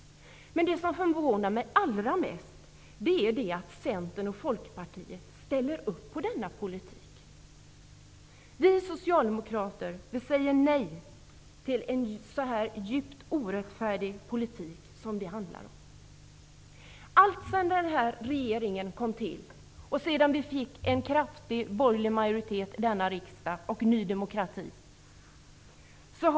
Det som förvånar mig allra mest är att Centern och Folkpartiet ställer upp på denna politik. Vi socialdemokrater säger nej till den djupt orättfärdiga politik som det handlar om. Den borgerliga regeringen tillträdde, vi fick en stor borgerlig majoritet i riksdagen och Ny demokrati kom in i riksdagen.